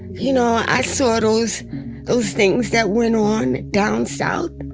you know, i saw those those things that went on down south.